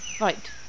Right